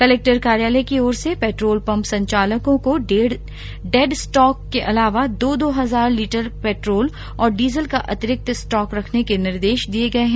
collector कार्यालय की ओर से पेट्रोल पंप संचालकों को डेड स्टॉक के अलावा दो दो हजार लीटर पेट्रोल व डीजल का अतिरिक्त स्टॉक रखने के निर्देश दिए गए हैं